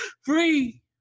free